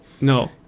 No